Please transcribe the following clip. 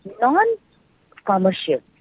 non-commercial